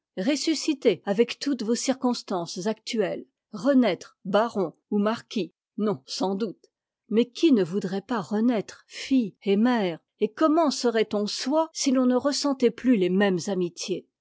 ressusciter avec toutes vos circonstances actuelles renaître baron ou marquis non sans doute mais qui ne voudrait pas renaître fille et mère et comment serait-on soi si l'on ne ressentait plus les mêmes amitiés